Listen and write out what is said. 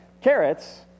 carrots